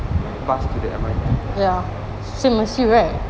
bus to the M_R_T